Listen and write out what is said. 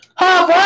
hop